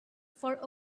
for